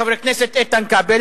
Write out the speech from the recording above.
חבר הכנסת איתן כבל,